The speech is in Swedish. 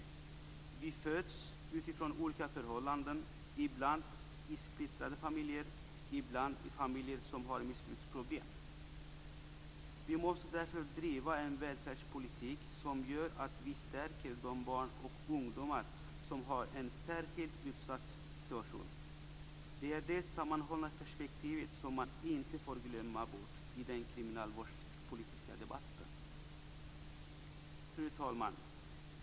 Barn föds till olika förhållanden, ibland i splittrade familjer, ibland i familjer som har missbruksproblem. Vi måste därför driva en välfärdspolitik som gör att vi stärker de barn och ungdomar som har en särskilt utsatt situation. Detta sammanhållna perspektiv får man inte glömma bort i den kriminalvårdspolitiska debatten. Fru talman!